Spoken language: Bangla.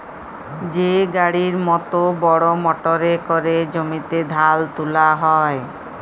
যে গাড়ির মত বড় মটরে ক্যরে জমিতে ধাল তুলা হ্যয়